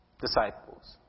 disciples